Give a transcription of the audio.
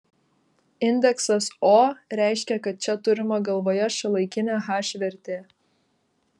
indeksas o reiškia kad čia turima galvoje šiuolaikinė h vertė